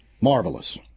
Marvelous